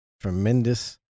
tremendous